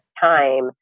time